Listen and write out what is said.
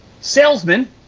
salesman